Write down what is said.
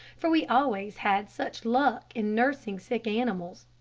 for we always had such luck in nursing sick animals.